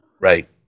Right